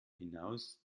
hinaus